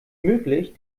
möglich